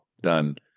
done